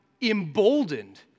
emboldened